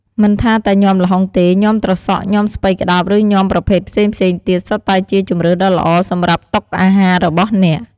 មិនថាតែញាំល្ហុងទេ ញាំត្រសក់ ញាំស្ពៃក្តោប ឬញាំប្រភេទផ្សេងៗទៀតសុទ្ធតែជាជម្រើសដ៏ល្អសម្រាប់តុអាហាររបស់អ្នក។